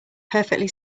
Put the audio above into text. perfectly